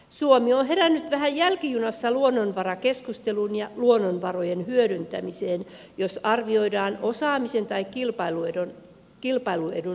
suomi on herännyt vähän jälkijunassa luonnonvarakeskusteluun ja luonnonvarojen hyödyntämiseen jos arvioidaan osaamisen tai kilpailuedun näkökulmasta